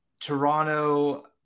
Toronto